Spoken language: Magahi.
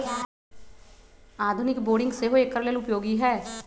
आधुनिक बोरिंग सेहो एकर लेल उपयोगी है